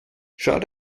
schaut